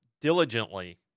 diligently